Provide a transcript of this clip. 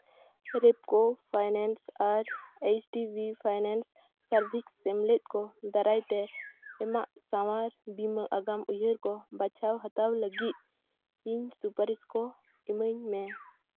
Repco finance ᱟᱨ H D B finance service ᱥᱮᱢᱞᱮᱫ ᱠᱚ ᱫᱟᱨᱟᱭᱛᱮ ᱮᱢᱟᱜ ᱥᱟᱶᱟᱨ ᱵᱤᱢᱟ ᱟᱜᱟᱢ ᱩᱭᱦᱟᱹᱨ ᱠᱚ ᱵᱟᱪᱷᱟᱣ ᱦᱟᱛᱟᱣ ᱞᱟᱹᱜᱤᱫ ᱤᱧ ᱥᱩᱯᱟᱨᱤᱥ ᱠᱚ ᱤᱢᱟᱹᱧ ᱢᱮ